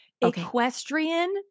equestrian